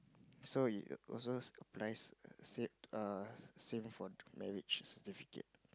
so you will so nice same err same for marriage certificate